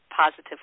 positively